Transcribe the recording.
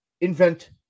invent